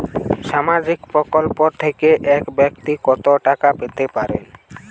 সামাজিক প্রকল্প থেকে এক ব্যাক্তি কত টাকা পেতে পারেন?